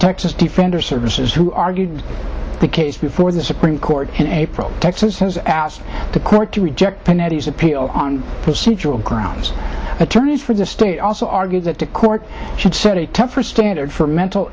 texas defender services who argued the case before the supreme court in april texas has asked the court to reject pinetti as appeal on procedural grounds attorneys for the state also argue that the court should set a tougher standard for mental